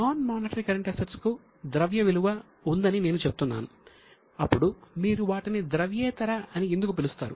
non monetary current assets కు కూడా ద్రవ్య విలువ ఉందని నేను చెప్తున్నాను అప్పుడు మీరు వాటిని ద్రవ్యేతర అని ఎందుకు పిలుస్తారు